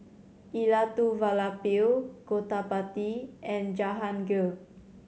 Elattuvalapil Gottipati and Jahangir